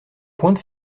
pointe